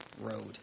road